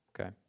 Okay